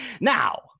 now